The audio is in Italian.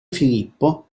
filippo